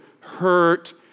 hurt